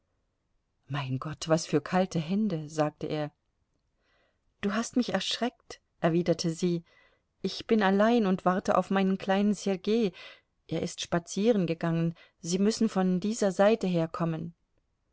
mein gott was für kalte hände sagte er du hast mich erschreckt erwiderte sie ich bin allein und warte auf meinen kleinen sergei er ist spazierengegangen sie müssen von dieser seite kommen